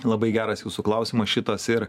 labai geras jūsų klausimas šitas ir